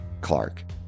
Clark